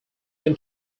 then